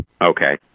Okay